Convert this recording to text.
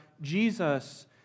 Jesus